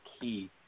key